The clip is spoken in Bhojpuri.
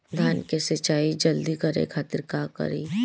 धान के सिंचाई जल्दी करे खातिर का करी?